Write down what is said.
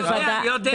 אני יודע.